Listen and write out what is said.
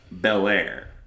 Belair